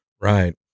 right